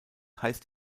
heißt